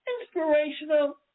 inspirational